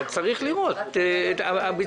אבל צריך לראות את הביצוע.